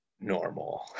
normal